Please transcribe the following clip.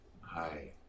Hi